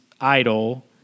idol